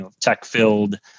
tech-filled